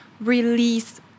release